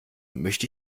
möchte